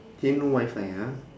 here no wifi ah